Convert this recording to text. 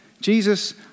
Jesus